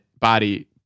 body